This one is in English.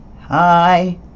hi